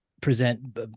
present